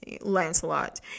Lancelot